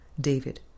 David